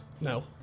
No